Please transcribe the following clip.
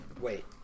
Wait